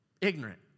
Ignorant